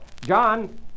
John